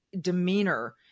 demeanor